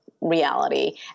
reality